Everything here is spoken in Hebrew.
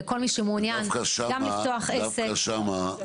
לכל מיני שמעוניין לפתוח עסק --- דווקא שם,